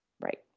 Right